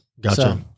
Gotcha